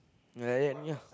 yeah like that only ah